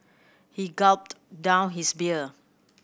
he gulped down his beer